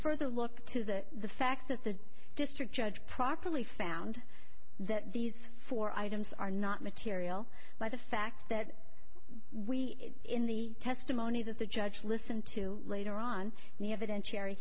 further look to the fact that the district judge properly found that these four items are not material by the fact that we in the testimony that the judge listened to later on the evidence cherry